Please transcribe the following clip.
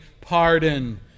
pardon